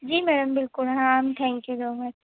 जी ma'am बिल्कुल हाँ ma'am thank you so much